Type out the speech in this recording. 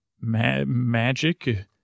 magic